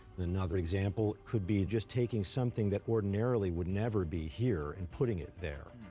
another example could be just taking something that ordinarily would never be here and putting it there.